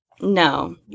no